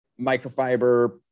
microfiber